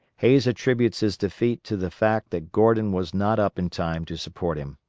hays attributes his defeat to the fact that gordon was not up in time to support him.